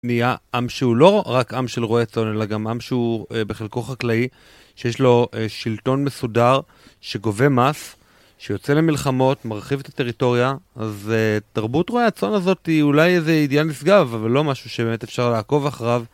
נהיה עם שהוא לא רק עם של רועי צון, אלא גם עם שהוא בחלקו חקלאי, שיש לו שלטון מסודר שגובה מס, שיוצא למלחמות, מרחיב את הטריטוריה, אז תרבות רועי הצון הזאת היא אולי איזה עדיין נשגב, אבל לא משהו שבאמת אפשר לעקוב אחריו.